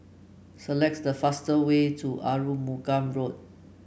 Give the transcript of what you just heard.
selects the fastest way to Arumugam Road